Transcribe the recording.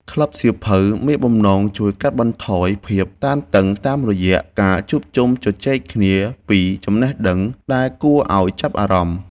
ក្លឹបសៀវភៅមានបំណងជួយកាត់បន្ថយភាពតានតឹងតាមរយៈការជួបជុំជជែកគ្នាពីចំណេះដឹងដែលគួរឱ្យចាប់អារម្មណ៍។